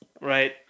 right